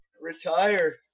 retire